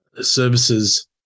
services